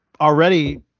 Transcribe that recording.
already